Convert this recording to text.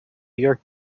york